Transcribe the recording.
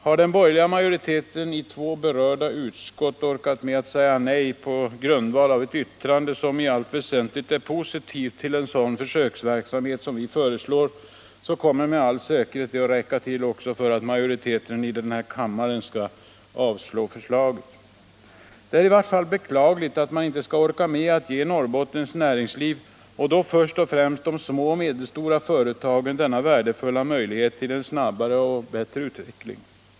Har den borgerliga majoriteten i två berörda utskott orkat med att säga nej på grundval av ett yttrande, som i allt väsentligt är positivt till en sådan försöksverksamhet som vi föreslår, kommer det med all säkerhet att räcka till för att majoriteten i kammaren skall göra samma sak och avslå förslaget. Det är i vart fall beklagligt att man inte skall orka med att ge Norrbottens näringsliv och då först och främst de små och medelstora företagen denna värdefulla möjlighet till en snabbare och bättre utveckling.